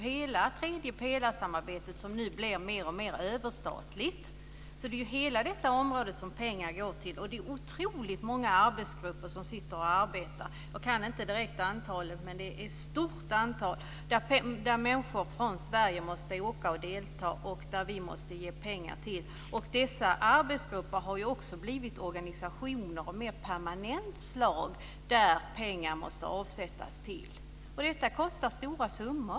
Hela tredjepelarsamarbetet blir nu mer och mer överstatligt. Det är hela detta område som pengar går till. Det finns otroligt många arbetsgrupper. Jag vet inte antalet, men det är ett stort antal arbetsgrupper som deltagare från Sverige måste åka till för att delta och som vi måste ge pengar. Dessa arbetsgrupper har ju också blivit organisationer av mer permanent slag som pengar måste avsättas till. Det kostar stora summor.